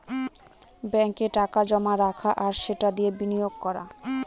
ব্যাঙ্কে টাকা জমা রাখা আর সেটা দিয়ে বিনিয়োগ করা